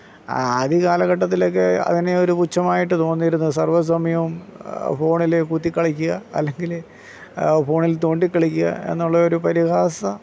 ആദ്യ കാലഘട്ടത്തിലേക്ക് അതിനെ ഒരു പുച്ഛം ആയിട്ട് തോന്നിയിരുന്നു സർവ്വ സമയവും ഫോണിൽ കുത്തിക്കളിക്കുക അല്ലെങ്കിൽ ഫോണിൽ തോണ്ടി കളിക്കുക എന്നുള്ളൊരു പരിഹാസം